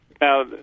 now